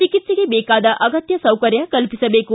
ಚಿಕಿತ್ಸೆಗೆ ಬೇಕಾದ ಅಗತ್ಯ ಸೌಕರ್ಯ ಕಲ್ಪಿಸಬೇಕು